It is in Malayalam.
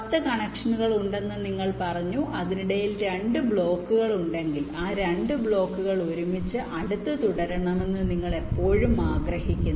10 കണക്ഷനുകൾ ഉണ്ടെന്ന് നിങ്ങൾ പറഞ്ഞു അതിനിടയിൽ 2 ബ്ലോക്കുകൾ ഉണ്ടെങ്കിൽ ആ 2 ബ്ലോക്കുകൾ ഒരുമിച്ച് അടുത്ത് തുടരണമെന്ന് നിങ്ങൾ എപ്പോഴും ആഗ്രഹിക്കുന്നു